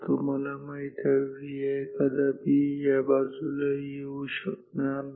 तुम्हाला माहित आहे Vi कदापिही या बाजूला येऊ शकणार नाही